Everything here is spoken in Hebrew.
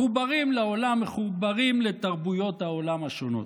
מחוברים לעולם, מחוברים לתרבויות העולם השונות.